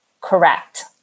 correct